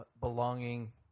belonging